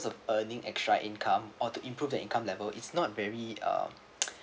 of earning extra income or to improve the income level is not very um